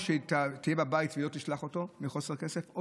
או שהיא תהיה בבית ולא תשלח אותו מחוסר כסף או